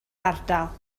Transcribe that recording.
ardal